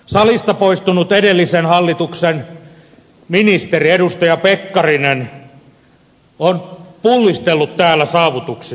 salista poistunut edellisen hallituksen ministeri edustaja pekkarinen on pullistellut täällä saavutuksillaan